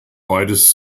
beides